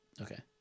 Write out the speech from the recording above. Okay